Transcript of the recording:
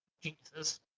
geniuses